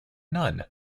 none